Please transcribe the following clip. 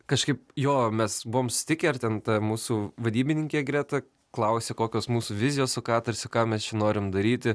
kažkaip jo mes buvom susitikę ir ten ta mūsų vadybininkė greta klausia kokios mūsų vizijos su katarsiu ką mes čia norim daryti